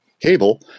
cable